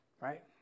right